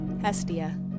Hestia